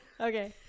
Okay